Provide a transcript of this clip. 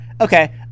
Okay